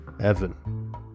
Evan